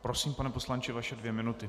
Prosím, pane poslanče, vaše dvě minuty.